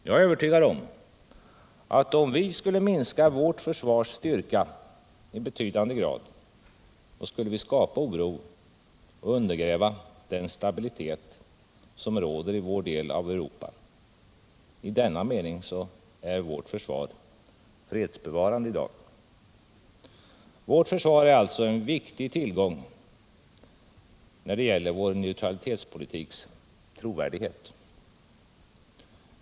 Jag är övertygad om att om vi skulle minska vårt försvars styrka i betydande grad, så skulle vi skapa oro och undergräva den stabilitet som råder i vår del av Europa. I denna mening är vårt försvar fredsbevarande i dag. Vårt försvar är alltså en viktig tillgång när det gäller vår neutralitetspolitiks trovärdighet.